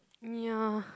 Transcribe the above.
ya